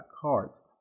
cards